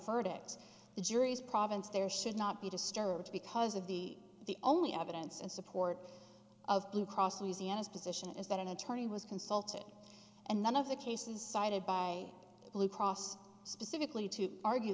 verdict the jury's province there should not be disturbed because of the the only evidence in support of blue cross uneasy in his position is that an attorney was consulted and none of the cases cited by blue cross specifically to argue